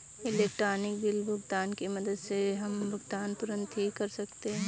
electronic bill भुगतान की मदद से हम भुगतान तुरंत ही कर सकते हैं